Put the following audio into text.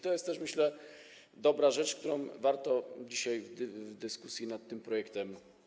To jest też, myślę, dobra rzecz, którą warto podkreślić w dyskusji nad tym projektem.